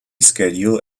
schedule